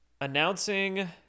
announcing